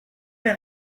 elle